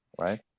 right